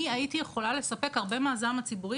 הייתי יכולה לספק הרבה מהזעם הציבורי,